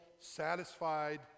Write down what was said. satisfied